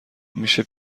میشه